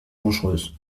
dangereuse